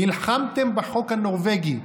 נלחמתם בחוק הנורבגי,